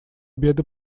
беды